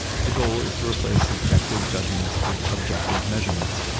the goal is to replace subjective judgments with objective measurements,